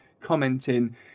commenting